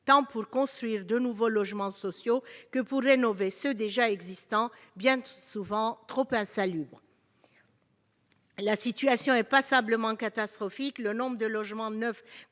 tant pour construire de nouveaux logements sociaux que pour rénover ceux qui existent déjà et qui sont bien souvent trop insalubres. La situation est passablement catastrophique : le nombre de logements neufs